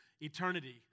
eternity